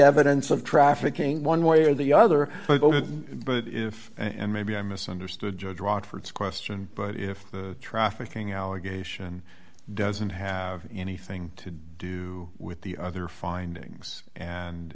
evidence of trafficking one way or the other but if and maybe i misunderstood judge rochefort question but if the trafficking allegation doesn't have anything to do with the other findings and